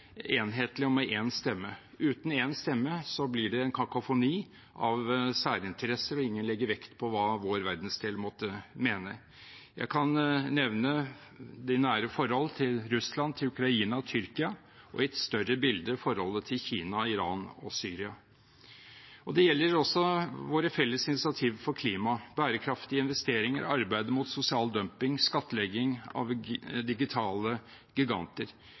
enhetlig og med én stemme. Uten én stemme blir det en kakofoni av særinteresser, og ingen legger vekt på hva vår verdensdel måtte mene. Jeg kan nevne de nære forhold, til Russland, Ukraina og Tyrkia, og i et større bilde forholdet til Kina, Iran og Syria. Det gjelder også våre felles initiativ for klima, bærekraftige investeringer, arbeidet mot sosial dumping og skattlegging av digitale giganter.